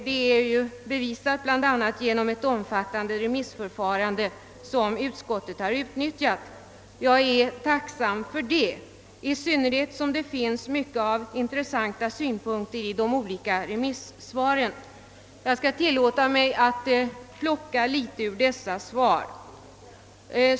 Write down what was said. Detta är bevisat, bl.a. genom det omfattande remissförfarande som utskottet har utnyttjat. Jag är tacksam för detta, i synnerhet som det finns många intressanta synpunkter i de olika remissvaren. Jag skall tillåta mig att plocka litet ur dessa svar.